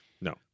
No